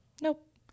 Nope